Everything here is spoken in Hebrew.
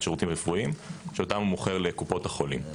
שירותים רפואיים שאותם הוא מוכר לקופות החולים.